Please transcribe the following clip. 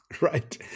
right